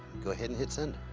go ahead and hit send.